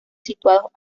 situados